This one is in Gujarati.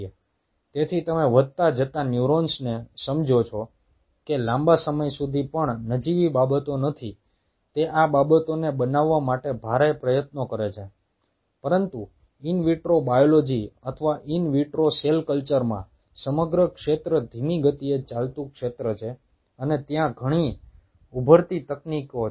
તેથી તમે વધતા જતા ન્યુરોન્સને સમજો છો કે લાંબા સમય સુધી પણ નજીવી બાબતો નથી તે આ બાબતોને બનાવવા માટે ભારે પ્રયત્નો કરે છે પરંતુ ઈન વિટ્રો બાયોલોજી અથવા ઈન વિટ્રો સેલ કલ્ચરમાં સમગ્ર ક્ષેત્ર ધીમી ગતિએ ચાલતું ક્ષેત્ર છે અને ત્યાં ઘણી ઉભરતી તકનીકીઓ છે